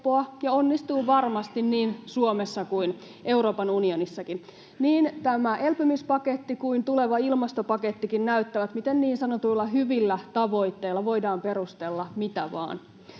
ja onnistuu varmasti niin Suomessa kuin Euroopan unionissakin. Niin tämä elpymispaketti kuin tuleva ilmastopakettikin näyttävät, miten niin sanotuilla hyvillä tavoitteilla voidaan perustella mitä vain.